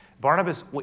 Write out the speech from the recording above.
Barnabas